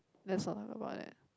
let's not talk about it